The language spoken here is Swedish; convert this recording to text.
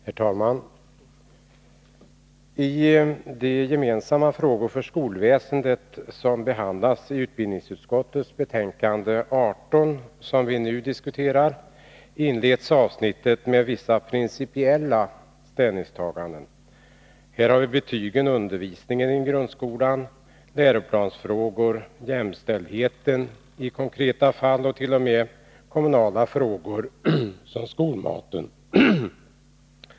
Herr talman! I utbildningsutskottets betänkande 18, som vi nu diskuterar, behandlas vissa gemensamma frågor för skolväsendet. Avsnittet inleds med vissa principiella ställningstaganden. Här har vi betygen, undervisningen i grundskolan, läroplansfrågor, jämställdheten i konkreta fall och t.o.m. kommunala frågor som skolmaten.